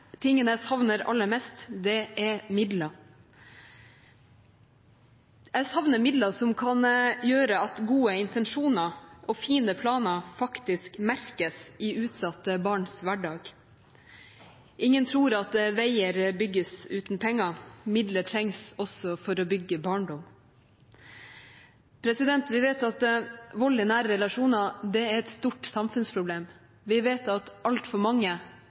aller mest, er midler. Jeg savner midler som kan gjøre at gode intensjoner og fine planer faktisk merkes i utsatte barns hverdag. Ingen tror at veier bygges uten penger. Midler trengs også for å bygge barndom. Vi vet at vold i nære relasjoner er et stort samfunnsproblem. Vi vet at altfor mange, veldig mange